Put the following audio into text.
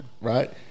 right